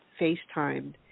FaceTimed